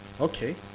Okay